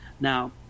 Now